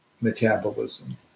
metabolism